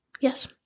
Yes